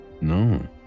No